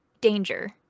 danger